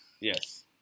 Yes